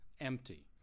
empty